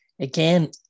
Again